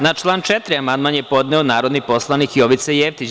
Na član 4. amandman je podneo narodni poslanik Jovica Jevtić.